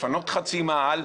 לפנות חצי מאהל,